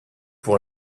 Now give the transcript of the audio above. pour